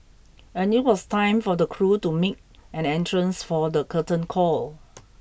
and it was time for the crew to make an entrance for the curtain call